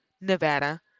Nevada